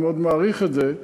אני מאוד מעריך את זה,